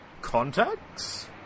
contacts